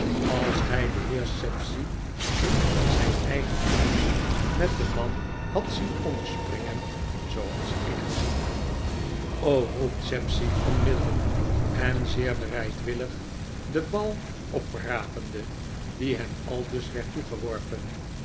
als gij den heer sapsea in zijn eigen huis met den man hadt zien omspringen zooals ik gezien heb roept sapsea onmiddellijk en zeer bereidwillig den bal oprapende die hem aldus werd toegeworpen